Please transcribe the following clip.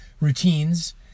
routines